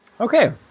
Okay